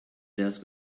desk